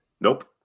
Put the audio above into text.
Nope